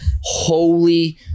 holy